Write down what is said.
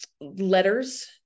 letters